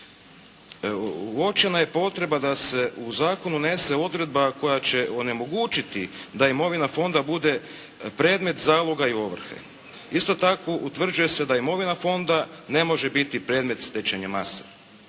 uočena je potreba da se u Zakon unese odredba koja će onemogućiti da imovina fonda bude predmet zaloga i ovrhe. Isto tako utvrđuje se da imovina Fonda ne može biti predmet stečene mase.